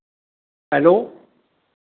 hello